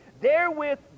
therewith